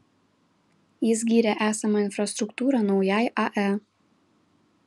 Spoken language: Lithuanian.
jis gyrė esamą infrastruktūrą naujai ae